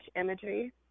imagery